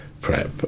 PrEP